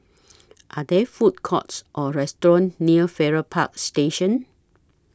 Are There Food Courts Or restaurants near Farrer Park Station